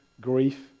grief